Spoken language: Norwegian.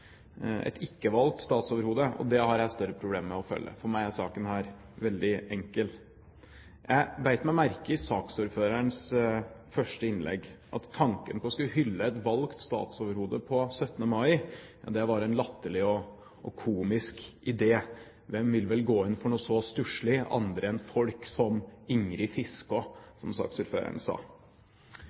et ikke-valgt statsoverhode, og det har jeg større problemer med å følge. For meg er saken her veldig enkel. Jeg beit meg merke i saksordførerens første innlegg, at tanken på og ideen om å skulle hylle et valgt statsoverhode på 17. mai var latterlig og komisk – hvem ville vel gå inn for noe så stusselig, andre enn folk som